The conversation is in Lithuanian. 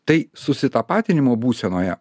tai susitapatinimo būsenoje